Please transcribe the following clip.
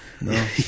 No